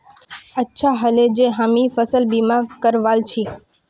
अच्छा ह ले जे हामी फसल बीमा करवाल छि